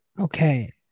Okay